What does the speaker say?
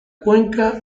cuenca